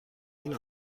این